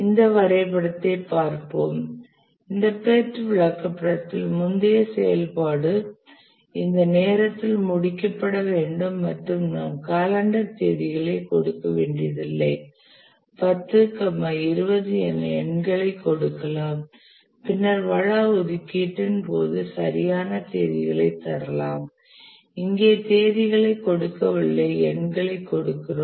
இந்த வரைபடத்தைப் பார்ப்போம் இந்த PERT விளக்கப்படத்தில் முந்தைய செயல்பாடு இந்த நேரத்தில் முடிக்கப்படவேண்டும் மற்றும் நாம் காலண்டர் தேதிகளை கொடுக்க வேண்டியதில்லை 10 20 என எண்களைக் கொடுக்கலாம் பின்னர் வள ஒதுக்கீட்டின் போது சரியான தேதிகளை தரலாம் நாம் இங்கே தேதிகளை கொடுக்கவில்லை எண்களைக் கொடுக்கிறோம்